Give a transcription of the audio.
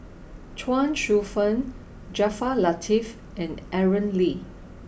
Chuang Hsueh Fang Jaafar Latiff and Aaron Lee